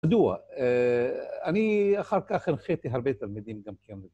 שידוע, אני אחר כך הנחיתי הרבה תלמידים גם כאן.